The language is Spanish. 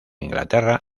inglaterra